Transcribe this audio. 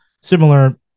Similar